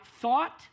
thought